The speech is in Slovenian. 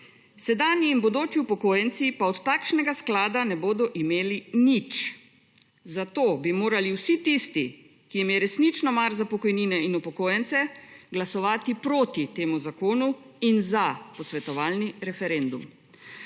Sedanji in bodoči upokojenci pa od takšnega sklada ne bodo imeli nič, zato bi morali vsi tisti, ki jim je resnično mar za pokojnine in upokojence, glasovati proti temu zakonu in za posvetovalni referendum.